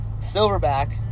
Silverback